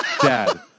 Dad